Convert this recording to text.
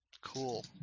Cool